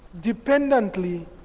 dependently